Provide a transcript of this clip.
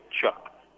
Chuck